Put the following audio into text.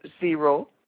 zero